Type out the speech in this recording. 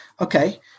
Okay